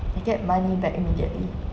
you get money back immediately